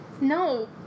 No